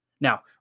Now